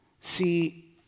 See